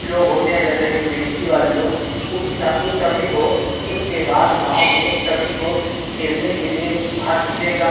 लोग होते हैं जैसे कि बी डी सी वाले लोग उस सभी को उसके बाद गांव में सभी को खेलने के लिए हर चीज़ें का